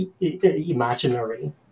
imaginary